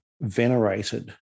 venerated